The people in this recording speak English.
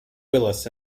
willis